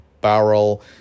Barrel